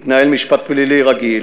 הרביעי, התנהל משפטי פלילי רגיל,